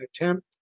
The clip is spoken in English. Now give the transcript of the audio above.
attempt